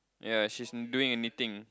ya she isn't doing anything